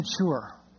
mature